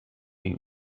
این